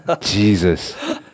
Jesus